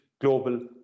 global